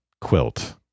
quilt